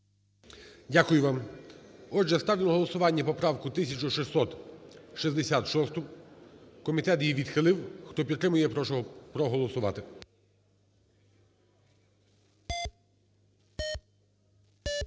Дякую вам. Я ставлю на голосування поправку 1664. Комітет її відхилив. Хто підтримує, прошу проголосувати.